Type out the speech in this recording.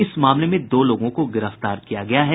इस मामले में दो लोगों को गिरफ्तार किया गया है